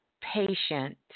Patient